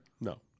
No